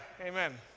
amen